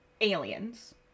aliens